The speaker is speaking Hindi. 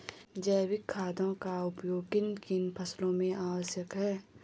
जैविक खादों का उपयोग किन किन फसलों में आवश्यक है?